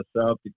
South